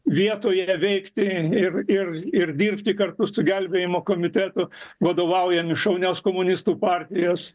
vietoje veikti ir ir ir dirbti kartu su gelbėjimo komitetu vadovaujami šaunios komunistų partijos